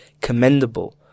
commendable